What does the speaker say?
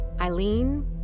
Eileen